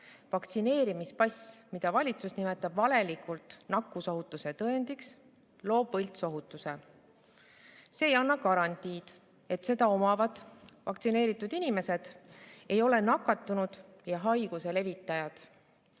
haigestumist. Vaktsineerimispass, mida valitsus nimetab valelikult nakkusohutuse tõendiks, loob võltsohutuse. See ei anna garantiid, et seda omavad vaktsineeritud inimesed ei ole nakatunud ja haiguse levitajad.